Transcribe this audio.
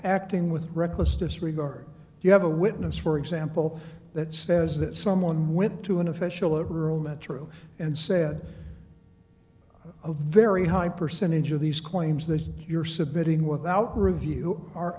acting with reckless disregard you have a witness for example that spends that someone went to an official of rural metro and said a very high percentage of these claims that you're submitting without review are